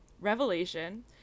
revelation